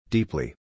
Deeply